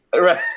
Right